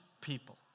people